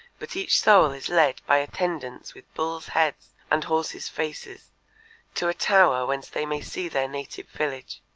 but each soul is led by attendants with bulls' heads and horses' faces to a tower whence they may see their native village.